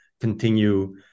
continue